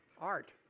art